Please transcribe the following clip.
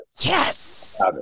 Yes